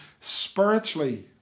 spiritually